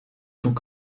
tout